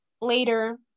later